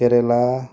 Kerala